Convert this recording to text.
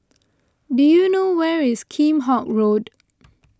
do you know where is Kheam Hock Road